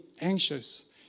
anxious